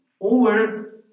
over